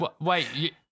Wait